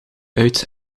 uit